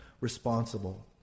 responsible